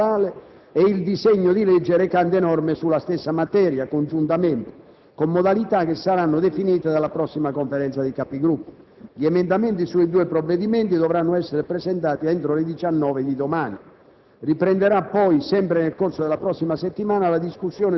saranno innanzitutto esaminati congiuntamente il decreto-legge sulla sicurezza stradale e il disegno di legge recante norme sulla stessa materia, con modalità che saranno definite dalla prossima Conferenza dei Capigruppo. Gli emendamenti sui due provvedimenti dovranno essere presentati entro le ore 19 di domani.